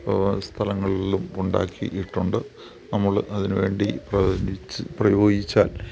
സ്ഥലങ്ങളിലും ഉണ്ടാക്കിയിട്ടുണ്ട് നമ്മൾ അതിന് വേണ്ടി പ്രയത്നിച്ച് പ്രയോഗിച്ചാൽ